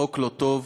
חוק לא טוב,